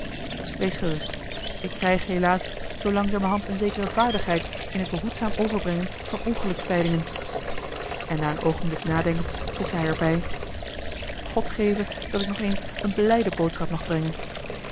wees gerust ik krijg helaas zoo langzamerhand een zekere vaardigheid in het behoedzaam overbrengen van ongelukstijdingen en na een oogenblik nadenkens voegde hij er bij god geve dat ik nog eens eene blijde boodschap mag brengen